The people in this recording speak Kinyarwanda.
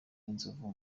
inzovu